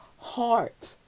heart